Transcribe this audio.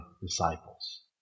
disciples